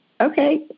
Okay